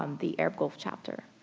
um the arab gulf chapter.